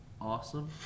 awesome